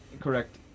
Correct